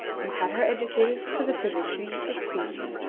and had her educated for the position of queen.